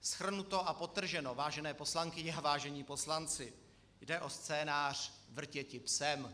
Shrnuto a podtrženo, vážené poslankyně a vážení poslanci, jde o scénář Vrtěti psem.